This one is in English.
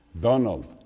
Donald